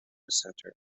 centre